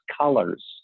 colors